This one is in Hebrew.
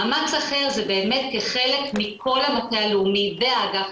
מאמץ אחר זה באמת כחלק מכל המטה הלאומי והאגף